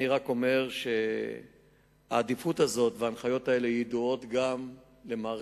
אני רק אומר שהעדיפות הזאת וההנחיות האלה ידועות גם למערכת